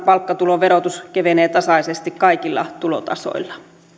palkkatuloverotus kevenee tasaisesti kaikilla tulotasoilla